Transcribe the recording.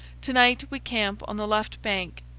to-night we camp on the left bank,